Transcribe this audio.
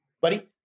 Buddy